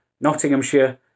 Nottinghamshire